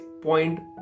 point